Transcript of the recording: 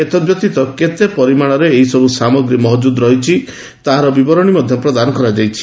ଏତଦବ୍ୟତୀତ କେତେ ପରିମାଣରେ ଏହିସବୁ ସାମଗ୍ରୀ ମହଜୁଦ ରହିଛି ତାହାର ବିବରଣୀ ମଧ୍ୟ ପ୍ରଦାନ କରାଯାଇଛି